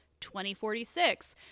2046